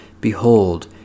Behold